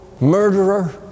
murderer